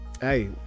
Hey